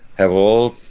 have all,